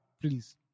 Please